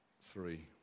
three